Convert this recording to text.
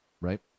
right